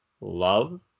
love